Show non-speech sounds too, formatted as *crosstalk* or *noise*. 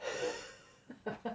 *breath* *laughs*